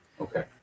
Okay